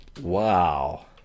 Wow